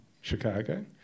Chicago